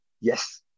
yes